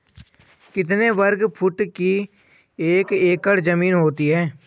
कितने वर्ग फुट की एक एकड़ ज़मीन होती है?